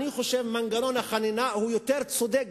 אני חושב שמנגנון החנינה הוא גם יותר צודק.